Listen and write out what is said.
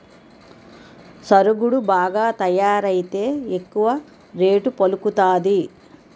సరుగుడు బాగా తయారైతే ఎక్కువ రేటు పలుకుతాది